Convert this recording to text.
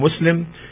Muslim